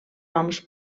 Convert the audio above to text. noms